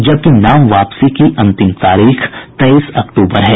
जबकि नाम वापसी की अंतिम तारीख तेईस अक्टूबर है